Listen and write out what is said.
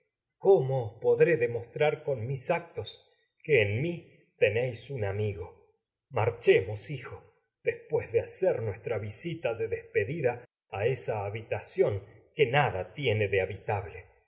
os podré demostrar con mis que mi tenéis amigo marchemos a esa hijo después de hacer nuestra visita de despedida habitación que nada tiene de habitable